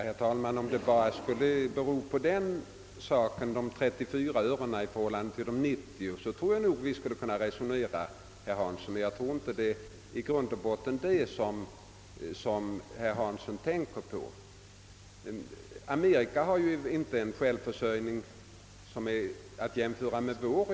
Herr talman! Om det bara gäller frågan om de nämnda sockerpriserna, 34 öre respektive 90 öre per kg, tror jag nog att vi skulle kunna resonera med varandra, herr Hansson. Men jag tror inte att det i grund och botten är detta som herr Hansson tänker på. USA:s självförsörjningsgrad i fråga om socker är inte jämförbar med vår.